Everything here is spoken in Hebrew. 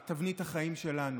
את תבנית החיים שלנו.